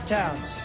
towns